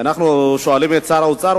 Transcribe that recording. כשאנחנו שואלים את שר האוצר,